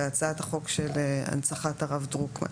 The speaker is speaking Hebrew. בהצעת החוק של הנצחת הרב דרוקמן,